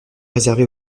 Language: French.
réservée